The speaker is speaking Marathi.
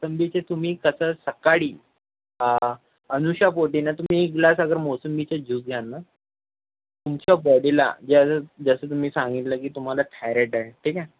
मोसंबीचे तुम्ही कसं सकाळी अनुशापोटी ना तुम्ही एक ग्लास अगर मोसंबीच्या ज्यूस घ्याल ना तुमच्या बॉडीला जर जसं तुम्ही सांगितलं की तुम्हाला थायराइड आहे ठीक आहे